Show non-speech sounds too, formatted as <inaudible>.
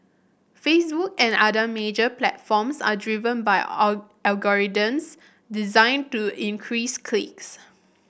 Facebook and other major platforms are driven by <unintelligible> algorithms designed to increase clicks